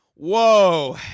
Whoa